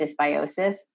dysbiosis